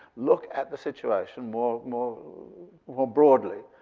look at the situation more more broadly,